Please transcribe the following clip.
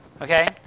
Okay